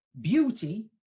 beauty